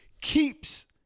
keeps